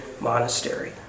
monastery